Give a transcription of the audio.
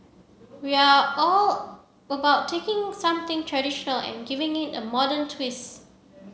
we are all about taking something traditional and giving it a modern twist